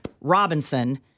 Robinson